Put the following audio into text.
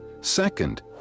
Second